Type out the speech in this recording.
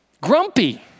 Grumpy